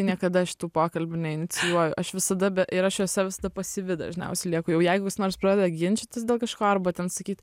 niekada šitų pokalbių neinicijuoju aš visada be ir aš juose visada pasyvi dažniausia lieku jau jeigu kas nors pradeda ginčytis dėl kažko arba ten sakyt